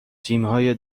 تیمهای